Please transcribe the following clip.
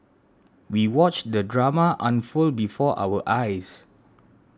we watched the drama unfold before our eyes